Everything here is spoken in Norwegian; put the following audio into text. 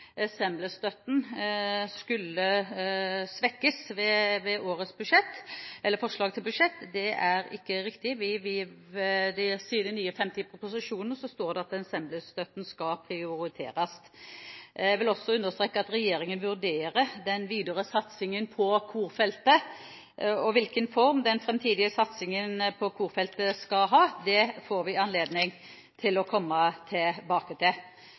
ensemblestøtten skulle svekkes i årets budsjettforslag. Det er ikke riktig. På side 59 i innstillingen står det at ensemblestøtten skal prioriteres. Jeg vil også understreke at regjeringen vurderer den videre satsingen på korfeltet. Hvilken form den framtidige satsingen på korfeltet skal ha, får vi anledning til å komme tilbake til.